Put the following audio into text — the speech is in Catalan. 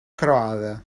croada